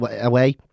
away